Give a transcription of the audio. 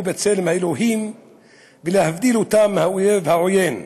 בצלם אלוהים ומבדיל אותם מהאויב העוין.